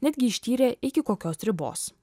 netgi ištyrė iki kokios ribos